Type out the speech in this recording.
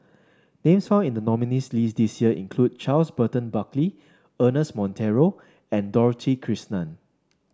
names found in the nominees' list this year include Charles Burton Buckley Ernest Monteiro and Dorothy Krishnan